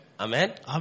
Amen